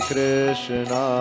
Krishna